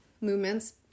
movements